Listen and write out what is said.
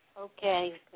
Okay